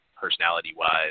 personality-wise